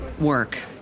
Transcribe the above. work